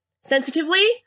sensitively